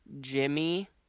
Jimmy